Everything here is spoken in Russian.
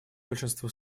большинству